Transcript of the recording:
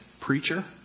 preacher